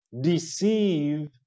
deceive